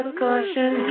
caution